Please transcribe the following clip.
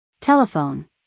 Telephone